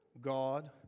God